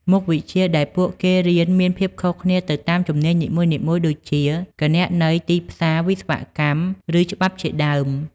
មុខវិជ្ជាដែលពួកគេរៀនមានភាពខុសគ្នាទៅតាមជំនាញនីមួយៗដូចជា គណនេយ្យ ទីផ្សារ វិស្វកម្ម ឬច្បាប់ជាដើម។